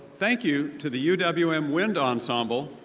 thank you to the u w m wind ensemble,